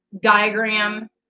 diagram